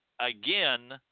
again